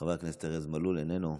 חבר הכנסת ארז מלול, איננו.